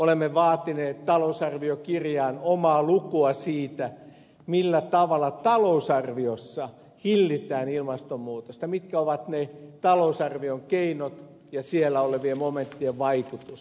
olemme vaatineet talousarviokirjaan omaa lukua siitä millä tavalla talousarviossa hillitään ilmastonmuutosta mitkä ovat ne talousarvion keinot ja siellä olevien momenttien vaikutus